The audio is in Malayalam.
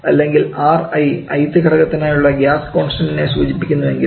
അല്ലെങ്കിൽ Ri ith ഘടകത്തിനായുള്ള ഗ്യാസ് കോൺസ്റ്റണ്ട്നെ സൂചിപ്പിക്കുന്നുവെങ്കിൽ